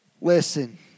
listen